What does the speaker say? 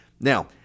Now